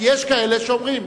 כי יש כאלה שאומרים: